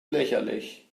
lächerlich